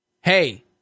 Hey